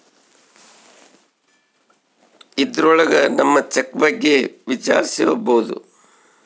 ಇದ್ರೊಳಗ ನಮ್ ಚೆಕ್ ಬಗ್ಗೆ ವಿಚಾರಿಸ್ಬೋದು